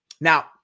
now